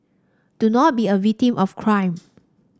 do not be a victim of crime